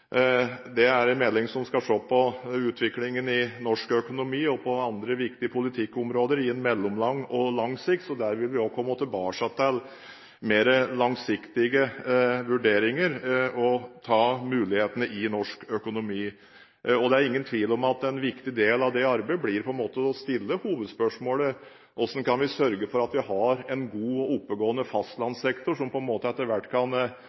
Det er en melding der en skal se på utviklingen i norsk økonomi og på andre viktige politikkområder på mellomlang og lang sikt. Der vil vi også komme tilbake til mer langsiktige vurderinger og mulighetene i norsk økonomi. Det er ingen tvil om at en viktig del av det arbeidet på en måte blir å stille hovedspørsmålet: Hvordan kan vi sørge for at vi har en god og oppegående fastlandssektor som etter hvert kan